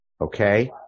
Okay